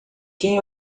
quem